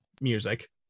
music